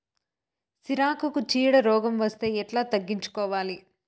సిరాకుకు చీడ రోగం వస్తే ఎట్లా తగ్గించుకోవాలి?